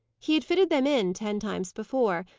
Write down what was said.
he had fitted them in ten times before,